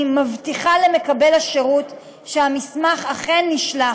מבטיחה למקבל השירות שהמסמך אכן נשלח,